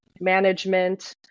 management